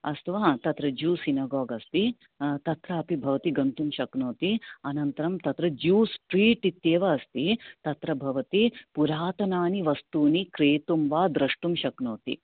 अस्तु वा तत्र ज्यू सिनोगोग अस्ति तत्रापि भवति गन्तुं शक्नोति अनन्तरं तत्र ज्यूस्ट्रीट् इत्येव अस्ति तत्र भवति पुरातनानि वस्तुनि क्रेतुं वा द्रष्टुं शक्नोति